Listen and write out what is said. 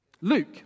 Luke